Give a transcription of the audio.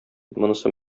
монысы